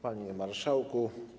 Panie Marszałku!